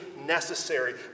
Necessary